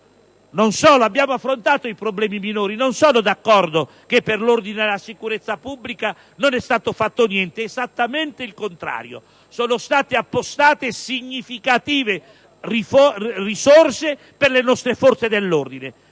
Non solo, abbiamo affrontato anche i problemi minori. Non sono d'accordo che per l'ordine e la sicurezza pubblica non è stato fatto niente. È esattamente il contrario: sono state appostate significative risorse per le nostre forze dell'ordine,